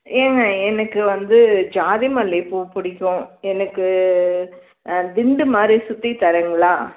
ஏங்க எனக்கு வந்து ஜாதி மல்லிகை பூ பிடிக்கும் எனக்கு ஆ திண்டுமாதிரி சுற்றி தர்றீங்களா